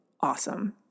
awesome